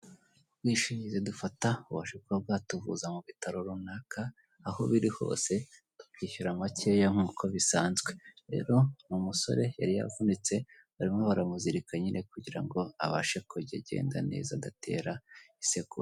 Ubwishingizi dufata bubasha kuba bwatuvuza mu bitaro runaka aho biri hose tukishyura makeya nk'uko bisanzwe, rero ni umusore yari yavunitse barimo baramuzirika nyine kugira ngo abashe kujya agenda neza agatera isekuru.